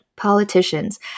politicians